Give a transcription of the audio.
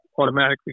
automatically